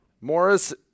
Morris